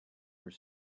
were